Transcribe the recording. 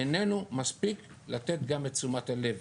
איננו מספיק לתת גם את תשומת הלב.